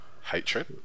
hatred